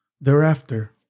Thereafter